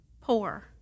poor